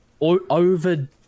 Over